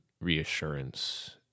reassurance